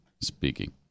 speaking